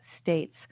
states